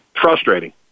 frustrating